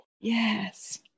Yes